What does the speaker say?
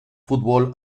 fútbol